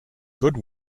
good